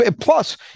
plus